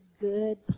good